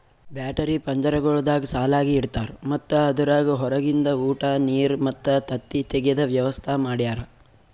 battery ಪಂಜರಗೊಳ್ದಾಗ್ ಸಾಲಾಗಿ ಇಡ್ತಾರ್ ಮತ್ತ ಅದುರಾಗ್ ಹೊರಗಿಂದ ಉಟ, ನೀರ್ ಮತ್ತ ತತ್ತಿ ತೆಗೆದ ವ್ಯವಸ್ತಾ ಮಾಡ್ಯಾರ